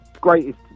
greatest